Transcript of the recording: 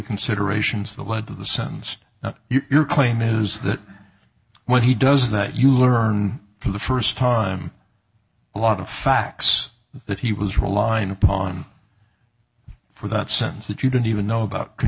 considerations that led to the sentence that your claim is that what he does that you learn for the first time a lot of facts that he was relying upon for that sentence that you don't even know about can